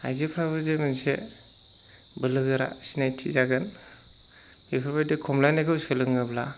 आइजोफोराबो जे मोनसे बोलोगोरा सिनायथि जागोन बेफोरबायदि खमलायनायखौ सोलोङोब्ला